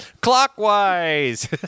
Clockwise